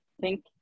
Thank